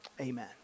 amen